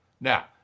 Now